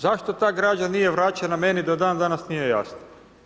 Zašto ta građa nije vraćena meni do dan danas nije jasno.